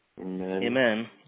amen